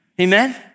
Amen